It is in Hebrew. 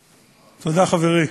תודה, חברי,